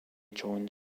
joined